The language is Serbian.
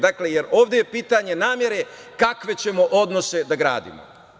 Dakle, ovde je pitanje namere kakve ćemo odnose da gradimo.